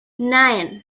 nine